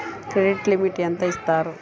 Credit limit ఎంత ఇస్తారు?